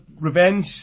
revenge